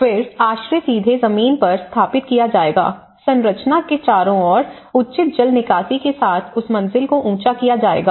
फिर आश्रय सीधे जमीन पर स्थापित किया जाएगा संरचना के चारों ओर उचित जल निकासी के साथ उस मंजिल को ऊंचा किया जाएगा